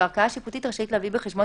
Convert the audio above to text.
והערכאה השיפוטית רשאית להביא בחשבון